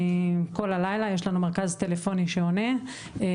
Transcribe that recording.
יש לנו מרכז טלפוני שעונה על הלילה.